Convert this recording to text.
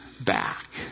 back